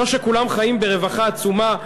לא שכולם חיים ברווחה עצומה.